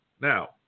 Now